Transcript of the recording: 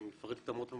ואני אפרט אותם עוד פעם,